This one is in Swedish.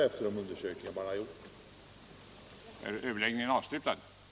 Investeringsstimulanser för näringslivets maskininvesteringar